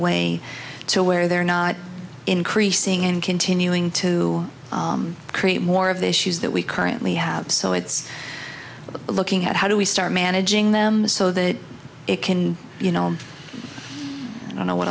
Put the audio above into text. way to where they're not increasing and continuing to create more of the issues that we currently have so it's looking at how do we start managing them so that it can you know i don't know what